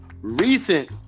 recent